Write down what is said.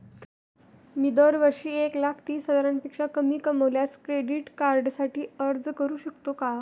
मी दरवर्षी एक लाख तीस हजारापेक्षा कमी कमावल्यास क्रेडिट कार्डसाठी अर्ज करू शकतो का?